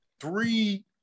three